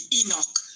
enoch